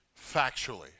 factually